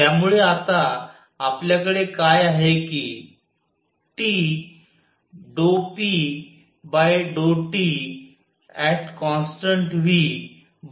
त्यामुळे आता आपल्याकडे काय आहे की T∂p∂TVT3u∂TV4u3